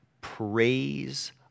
praise